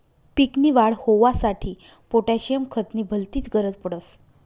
पीक नी वाढ होवांसाठी पोटॅशियम खत नी भलतीच गरज पडस